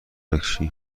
بکشی